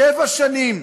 שבע שנים